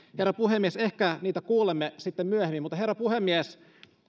herra puhemies ehkä niitä kuulemme sitten myöhemmin herra puhemies